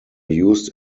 used